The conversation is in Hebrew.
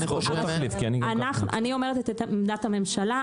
אני אומרת את עמדת הממשלה.